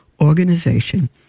organization